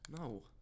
No